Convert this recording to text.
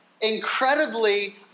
incredibly